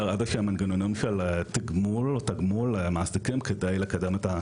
איזה שהם מנגנונים של תגמול מעסיקים כדי לקדם את,